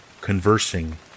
conversing